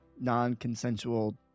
non-consensual